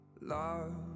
love